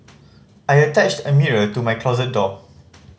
I attached a mirror to my closet door